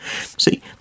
See